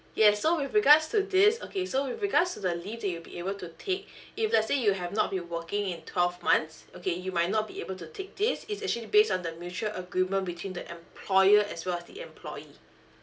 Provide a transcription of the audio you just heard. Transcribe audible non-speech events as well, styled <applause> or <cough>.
yes so with regards to this okay so with regards to the leave that you'll be able to take <breath> if let's say you have not been working in twelve months okay you might not be able to take this is actually based on the mutual agreement between the employer as well as the employee